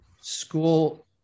school